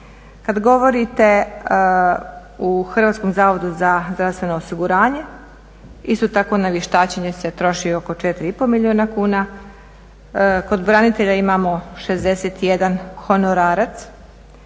Kad govorite u Hrvatskom zavodu za zdravstveno osiguranje, isto tak ona vještačenje se troši oko 4,5 milijuna kuna. Kod branitelja imamo 61 honorarac,